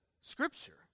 Scripture